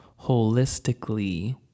holistically